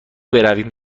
برویم